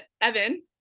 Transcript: Evan